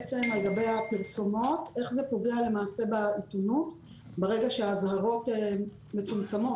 איך זה פוגע בעיתונות ברגע שהאזהרות מצומצמות?